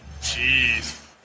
jeez